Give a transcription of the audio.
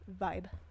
vibe